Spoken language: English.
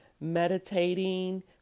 meditating